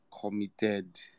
committed